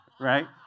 right